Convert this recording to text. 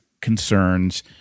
concerns